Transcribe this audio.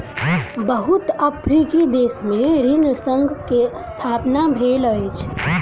बहुत अफ्रीकी देश में ऋण संघ के स्थापना भेल अछि